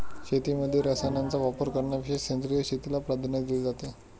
शेतीमध्ये रसायनांचा वापर करण्यापेक्षा सेंद्रिय शेतीला प्राधान्य दिले जाते